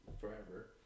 forever